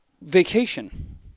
vacation